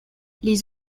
les